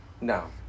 No